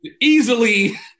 easily